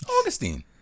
Augustine